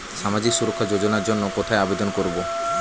সামাজিক সুরক্ষা যোজনার জন্য কোথায় আবেদন করব?